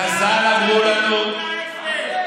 וזה צריך להיות אינטרס שלך, אדוני השר,